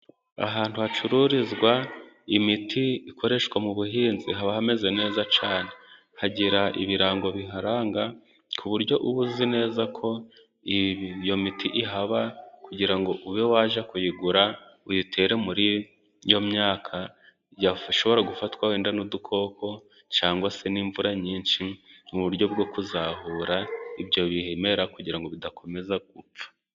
Ahantu hacururizwa imiti ikoreshwa mu buhinzi haba hameze neza cyane, hagira ibirango biharanga ku buryo uba uzi neza ko iyo miti ihaba, kugira ngo ube wajya kuyigura uyitere muri iyo myaka, yashobora gufatwa wenda n'udukoko cyangwa se n'imvura nyinshi, mu buryo bwo kuzahura ibyo bimera kugira ngo bidakomeza gupfa.